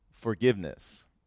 Forgiveness